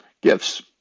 Gifts